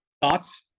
Thoughts